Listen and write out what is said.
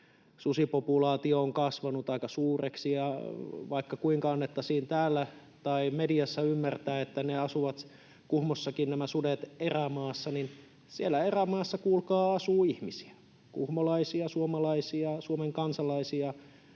susipopulaatio on kasvanut aika suureksi. Vaikka kuinka annettaisiin täällä tai mediassa ymmärtää, että Kuhmossakin nämä sudet asuvat erämaassa, niin siellä erämaassa, kuulkaa, asuu ihmisiä — kuhmolaisia, suomalaisia, Suomen kansalaisia,